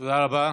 תודה רבה.